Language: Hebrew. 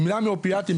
גמילה מאופיאטים,